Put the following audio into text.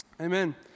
Amen